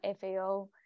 FAO